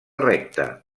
recte